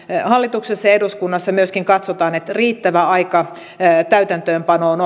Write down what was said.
hallituksessa ja eduskunnassa myöskin katsotaan että on riittävä aika täytäntöönpanoon